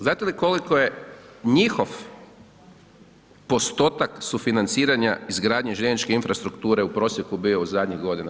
Znate li koliko je njihov postotak sufinanciranja izgradnje željezničke infrastrukture u prosjeku bio u zadnjih godina?